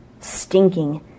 stinking